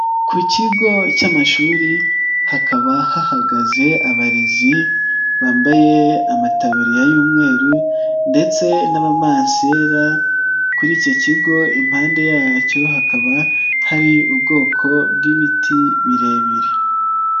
Ku kigo cy'amashuri, hakaba hahagaze abarezi, bambaye amatabiri y'umweru ndetse n'abamansera, kuri icyo kigo impande yacyo hakaba hari ubwoko bw'ibiti birebire.